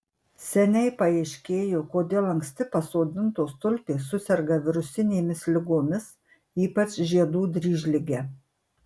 seniai paaiškėjo kodėl anksti pasodintos tulpės suserga virusinėmis ligomis ypač žiedų dryžlige